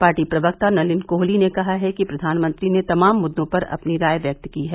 party प्रवक्ता नलिन कोहली ने कहा है कि प्रधानमंत्री ने तमाम मुद्दों पर अपनी राय व्यक्त की है